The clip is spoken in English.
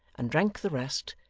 and drank the rest,